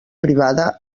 privada